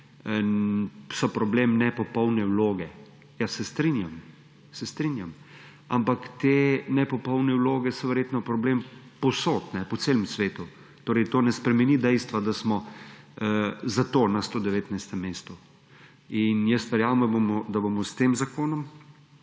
problem nepopolne vloge, se strinjam, ampak te nepopolne vloge so verjetno problem povsod po celem svetu, torej to ne spremeni dejstva, da smo zato na 119. mestu. Verjamem, da bomo s tema